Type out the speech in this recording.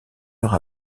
heure